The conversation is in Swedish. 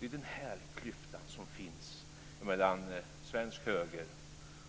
Det är den här klyftan som finns mellan svensk höger